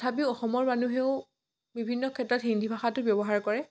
তথাপিও অসমৰ মানুহেও বিভিন্ন ক্ষেত্ৰত হিন্দী ভাষাটো ব্যৱহাৰ কৰে